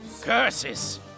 Curses